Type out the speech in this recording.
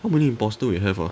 how many imposter we have ah